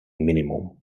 minimum